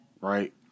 right